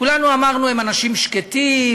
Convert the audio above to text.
כולנו אמרנו: הם אנשים שקטים,